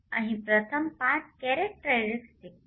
અહીં પ્રથમ IV characteristic છે